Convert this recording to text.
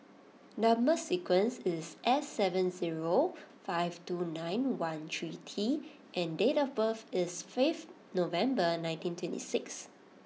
number sequence is S seven zero five two nine one three T and date of birth is fifth November nineteen twenty six